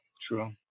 True